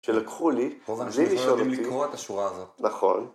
שלקחו לי, בלי לשאול אותי, לקרוע את השורה הזאת, נכון.